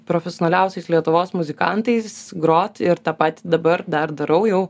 profesionaliausiais lietuvos muzikantais grot ir tą patį dabar dar darau jau